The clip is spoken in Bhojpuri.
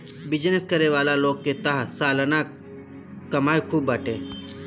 बिजनेस करे वाला लोग के तअ सलाना कमाई खूब बाटे